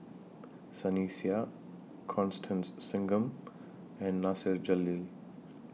Sunny Sia Constance Singam and Nasir Jalil